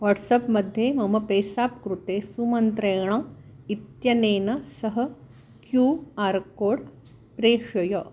WhatsApp मध्ये मम पेसाप् कृते सुमन्त्रेण इत्यनेन सह क्यू आर् कोड् प्रेषय